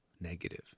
negative